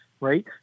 right